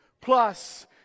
plus